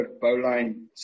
bowline